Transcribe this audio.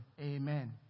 Amen